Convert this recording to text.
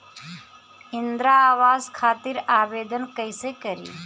इंद्रा आवास खातिर आवेदन कइसे करि?